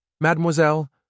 Mademoiselle